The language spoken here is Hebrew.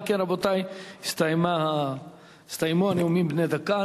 אם כן, רבותי, הסתיימו הנאומים בני דקה.